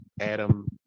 adam